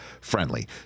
friendly